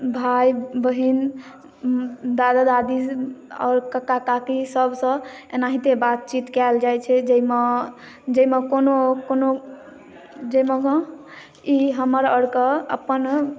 भाई बहिन दादा दादी आओर कक्का काकी सबसँ एनाहिते बात चीत कयल जाइत छै जाहिमे जाहिमे कोनो कोनो जाहिमेके ई हमर आर के अप्पन